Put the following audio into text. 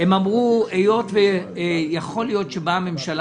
הם אמרו: היות ויכול להיות שתבוא ממשלה